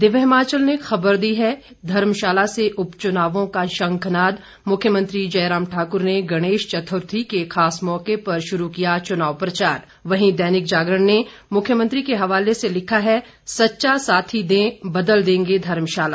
दिव्य हिमाचल ने खबर दी है धर्मशाला से उपचुनावों का शंखनाद मुख्यमंत्री जयराम ठाकुर ने गणेश चतुर्थी के खास मौके पर शुरू किया चुनाव प्रचार वहीं दैनिक जागरण ने मुख्यमंत्री के हवाले से लिखा है सच्चा साथी दें बदल देंगे धर्मशाला